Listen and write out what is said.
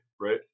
right